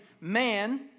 man